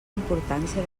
importància